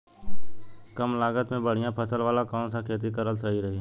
कमलागत मे बढ़िया फसल वाला कौन सा खेती करल सही रही?